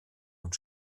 und